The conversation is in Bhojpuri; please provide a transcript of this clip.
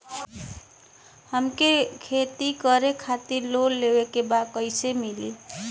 हमके खेती करे खातिर लोन लेवे के बा कइसे मिली?